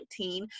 2019